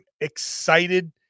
excited